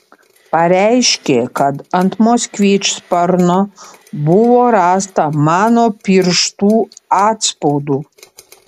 pareiškė kad ant moskvič sparno buvo rasta mano pirštų atspaudų